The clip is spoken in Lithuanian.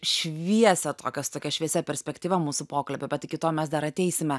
šviesą tokios tokia šviesia perspektyva mūsų pokalbio bet iki to mes dar ateisime